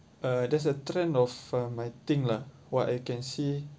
uh there's a trend of my thing lah what I can see